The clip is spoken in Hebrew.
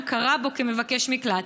הכרה בו כמבקש מקלט.